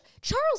Charles